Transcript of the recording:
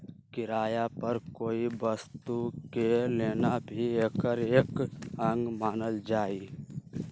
किराया पर कोई वस्तु के लेना भी एकर एक अंग मानल जाहई